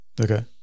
Okay